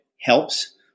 helps